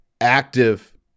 active